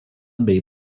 bei